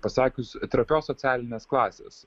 pasakius trapios socialinės klasės